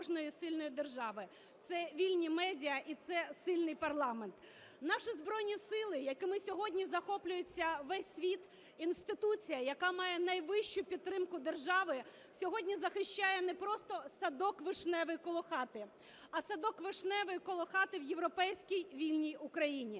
це вільні медіа і це сильний парламент. Наші Збройні Сили, якими сьогодні захоплюється весь світ, – інституція, яка має найвищу підтримку держави, сьогодні захищає не просто садок вишневий коло хати, а садок вишневий коло хати в європейській вільній Україні.